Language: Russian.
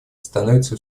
становятся